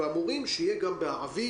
צריך שזה יהיה גם בערבית.